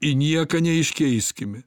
į nieką neiškeiskime